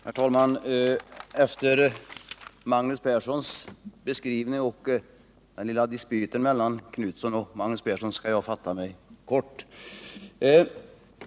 Herr talman! Efter Magnus Perssons beskrivning av läget och den lilla dispyten mellan Göthe Knutson och Magnus Persson skall jag fatta mig kort.